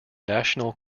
national